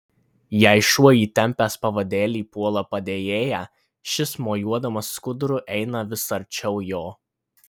jei šuo įtempęs pavadėlį puola padėjėją šis mojuodamas skuduru eina vis arčiau jo